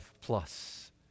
plus